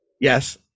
yes